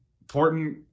important